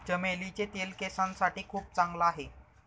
चमेलीचे तेल केसांसाठी खूप चांगला आहे